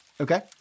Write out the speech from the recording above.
Okay